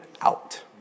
out